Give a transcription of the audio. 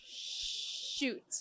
shoot